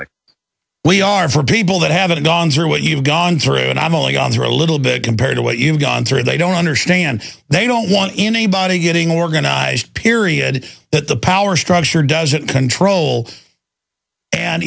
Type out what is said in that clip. like we are for people that haven't gone sure what you've gone through and i'm only gone for a little bit compared to what you've gone through they don't understand they don't want anybody getting organized period that the power structure doesn't control and